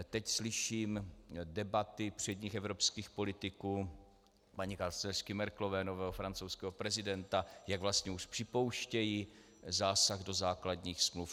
Teď slyším debaty předních evropských politiků, paní kancléřky Merkelové, nového francouzského prezidenta, jak vlastně už připouštějí zásah do základních smluv.